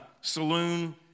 saloon